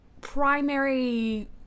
primary